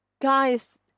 Guys